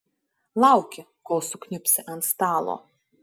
lauki kol sukniubsi ant stalo